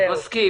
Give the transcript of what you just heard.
מסכים.